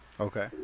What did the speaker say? Okay